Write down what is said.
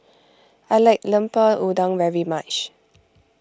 I like Lemper Udang very much